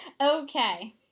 Okay